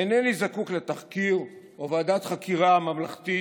אינני זקוק לתחקיר או ועדת חקירה ממלכתית